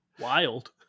Wild